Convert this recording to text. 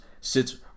sits